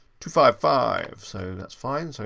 two five five, so that's fine. so